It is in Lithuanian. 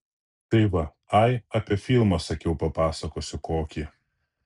tai va ai apie filmą sakiau papasakosiu kokį